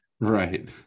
Right